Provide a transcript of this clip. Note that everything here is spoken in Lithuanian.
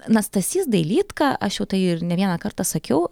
na stasys dailydka aš jau tai ir ne vieną kartą sakiau